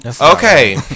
Okay